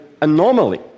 anomaly